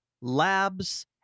labs